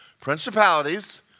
principalities